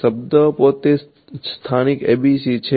શબ્દ પોતે જ સ્થાનિક ABC છે